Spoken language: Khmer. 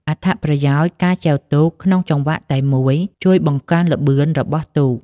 អត្ថប្រយោជន៍ ការចែវទូកក្នុងចង្វាក់តែមួយជួយ បង្កើនល្បឿន របស់ទូក។